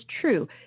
true